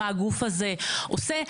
מה הגוף הזה עושה.